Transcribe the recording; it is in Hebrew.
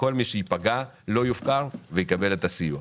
וכל מי שייפגע לא יופקר ויקבל את הסיוע.